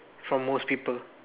from most people